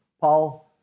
Paul